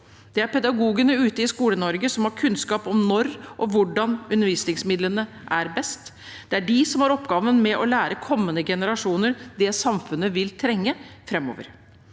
Det er pedagogene ute i Skole-Norge som har kunnskap om når og hvordan undervisningsmidlene er best. Det er de som har oppgaven med å lære kommende generasjoner det samfunnet vil trenge framover.